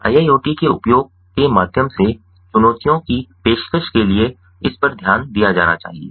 IIoT के उपयोग के माध्यम से चुनौतियों की पेशकश के लिए इस पर ध्यान दिया जाना चाहिए